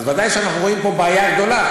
אז ודאי שאנחנו רואים פה בעיה גדולה.